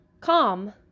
calm